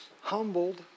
humbled